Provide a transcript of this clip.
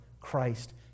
Christ